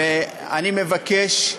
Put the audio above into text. ואני מבקש,